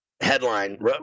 headline